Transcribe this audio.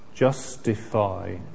justify